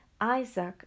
Isaac